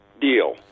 deal